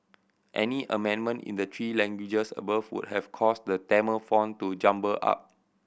any amendment in the three languages above have caused the Tamil font to jumble up